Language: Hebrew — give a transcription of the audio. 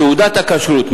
תעודת הכשרות,